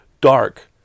dark